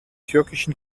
türkischen